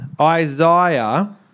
Isaiah